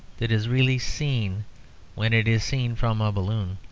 that is really seen when it is seen from a balloon.